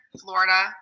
Florida